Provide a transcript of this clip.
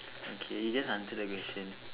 okay you just answer the question